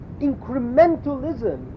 incrementalism